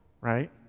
right